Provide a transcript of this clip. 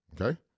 okay